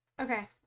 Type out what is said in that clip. Okay